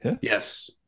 Yes